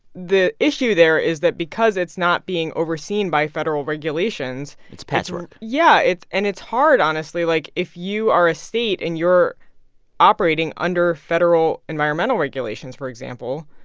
the issue there is that because it's not being overseen by federal regulations. it's patchwork yeah, it's and it's hard, honestly. like, if you are a state, and you're operating under federal environmental regulations, for example,